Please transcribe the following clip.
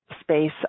space